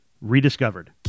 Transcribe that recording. rediscovered